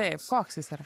taip koks jis yra